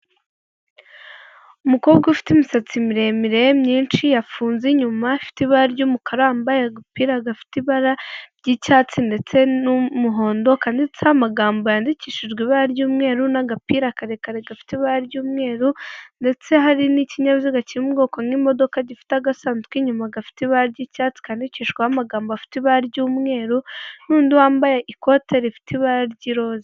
Umukobwa ufite imisatsi miremire myinshi yafunze inyuma ifite ibara ry'umukara, wambaye agapira gafite ibara ry'icyatsi ndetse n'umuhondo kanditseho amagambo yandikishijwe ibara ry'umweru n'agapira karekare gafite ibara ry'umweru, ndetse hari n'ikinyabiziga kiri mu ubwoko nk'imodoka gifite agasanduku k'inyuma gafite ibara ry'icyatsi kandikishijweho amagambo afite ibara ry'umweru n'undi wambaye ikote rifite ibara ry'iroza.